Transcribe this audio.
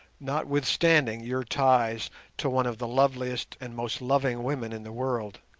notwithstanding your ties to one of the loveliest and most loving women in the world.